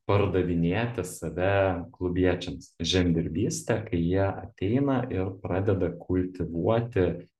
pardavinėti save klubiečiams žemdirbystė kai jie ateina ir pradeda kultivuoti